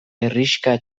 herrixka